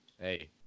Hey